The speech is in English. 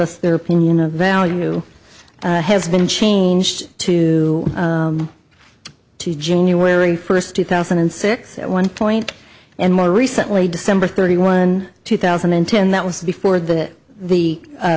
us their opinion of value has been changed to two january first two thousand and six at one point and more recently december thirty one two thousand and ten that was before that the